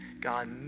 God